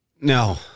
No